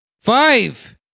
Five